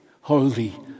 Holy